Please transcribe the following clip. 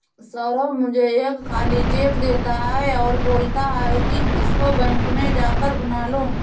सौरभ मुझे एक खाली चेक देता है और बोलता है कि इसको बैंक में जा कर भुना लो